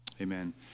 Amen